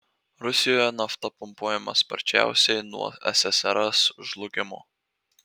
rusijoje nafta pumpuojama sparčiausiai nuo ssrs žlugimo